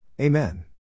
Amen